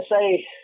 say